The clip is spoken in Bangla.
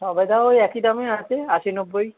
সবেদা ওই একই দামে আছে আশি নব্বুই